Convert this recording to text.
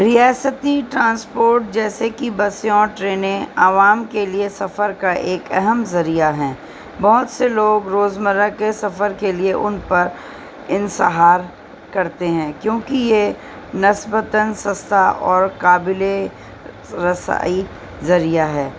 ریاستی ٹرانسپورٹ جیسے کہ بسیں اور ٹرینیں عوام کے لیے سفر کا ایک اہم ذریعہ ہے بہت سے لوگ روزمرہ کے سفر کے لیے ان پر انحصار کرتے ہیں کیونکہ یہ نسبتاً سستا اور قابل رسائی ذریعہ ہے